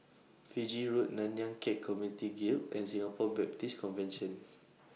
Fiji Road Nanyang Khek Community Guild and Singapore Baptist Convention